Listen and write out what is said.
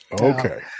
Okay